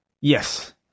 Yes